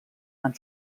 han